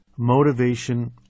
Motivation